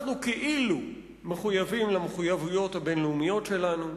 אנחנו כאילו מחויבים למחויבויות הבין-לאומיות שלנו.